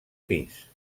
pis